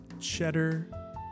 cheddar